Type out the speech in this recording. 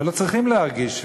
ולא צריכים להרגיש,